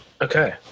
Okay